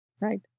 Right